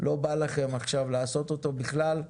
לא בא לכם עכשיו לעשות אותו בכלל,